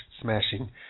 smashing